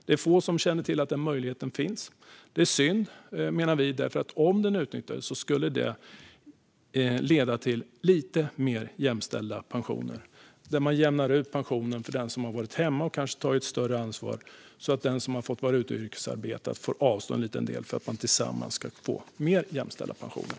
Det är få som känner till att den möjligheten finns. Det är synd, menar vi, för om den utnyttjades skulle det leda till lite mer jämställda pensioner. Man jämnar ut pensionen för den som har varit hemma och kanske tagit större ansvar, så att den som har fått vara ute och yrkesarbeta får avstå en liten del för att man tillsammans ska få mer jämställda pensioner.